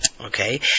Okay